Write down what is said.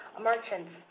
merchants